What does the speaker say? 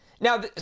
now